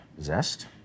zest